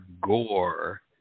gore